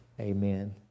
Amen